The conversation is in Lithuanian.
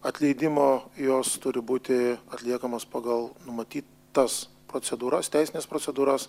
atleidimo jos turi būti atliekamos pagal numatytas procedūras teisines procedūras